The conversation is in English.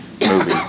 movie